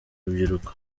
rubyiruko